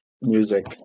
music